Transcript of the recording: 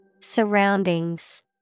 Surroundings